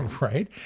Right